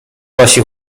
wasi